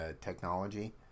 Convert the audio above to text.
technology